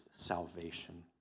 salvation